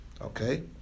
Okay